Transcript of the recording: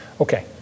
Okay